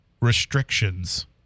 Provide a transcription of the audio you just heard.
restrictions